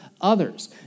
others